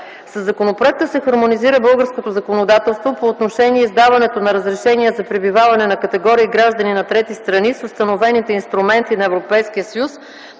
Със законопроекта българското законодателство се хармонизира по отношение на издаването на разрешения за пребиваване на категории граждани на трети страни с установените инструменти на Европейския съюз